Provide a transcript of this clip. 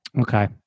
Okay